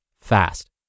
fast